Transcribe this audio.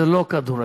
זה לא כדורגל,